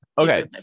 okay